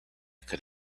could